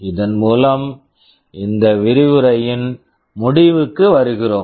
இதன் மூலம் இந்த விரிவுரையின் முடிவுக்கு வருகிறோம்